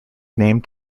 named